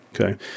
Okay